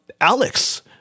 Alex